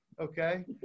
okay